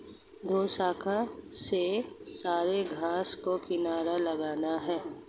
दोशाखा से सारे घास को किनारे लगाना है